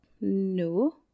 No